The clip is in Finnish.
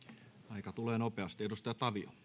aika tulee nopeasti